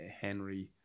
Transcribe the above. Henry